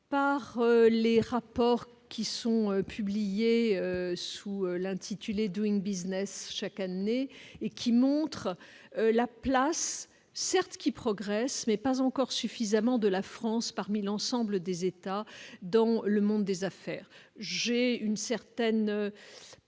par les rapports qui sont publiés sous l'intitulé doing Business chaque année et qui montre la place certes qui progresse, mais pas encore suffisamment de la France parmi l'ensemble des États dans le monde des affaires j'ai une certaine